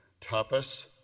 tapas